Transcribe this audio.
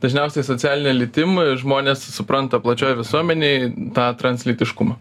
dažniausiai socialine lytim žmonės supranta plačioj visuomenėj tą translytiškumą